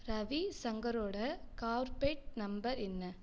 ரவி சங்கரோட கார்ப்பேட் நம்பர் என்ன